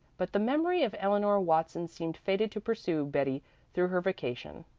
but the memory of eleanor watson seemed fated to pursue betty through her vacation.